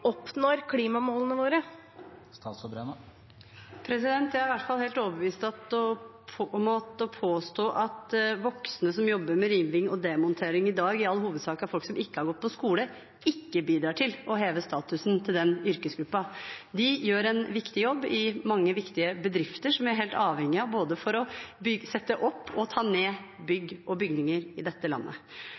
oppnår klimamålene våre? Jeg er i hvert fall helt overbevist om at å påstå at voksne som jobber med riving og demontering i dag, i all hovedsak er folk som ikke har gått på skole, ikke bidrar til å heve statusen til denne yrkesgruppen. De gjør en viktig jobb i mange viktige bedrifter som vi er helt avhengige av, både for å sette opp og ta ned bygg og bygninger i dette landet.